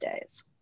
days